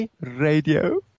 Radio